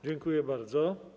Dziękuję bardzo.